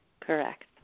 Correct